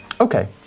Okay